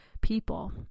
people